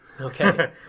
Okay